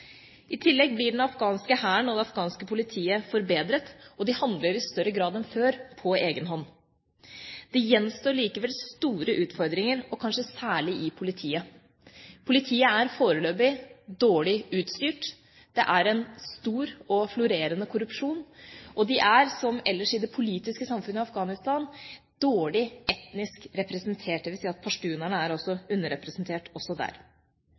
I tillegg blir den afghanske hæren og det afghanske politiet forbedret, og de handler i større grad enn før på egen hånd. Det gjenstår likevel store utfordringer, kanskje særlig i politiet. Politiet er foreløpig dårlig utstyrt, det er en stor og florerende korrupsjon, og de er – som ellers i det politiske samfunnet i Afghanistan – dårlig etnisk representert, dvs. at pashtunerne altså er underrepresentert også der.